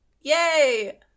yay